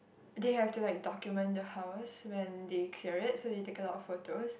they have to like document the house when they clear it so they taken a lot of photos